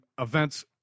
events